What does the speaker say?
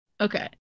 Okay